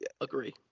agree